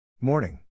Morning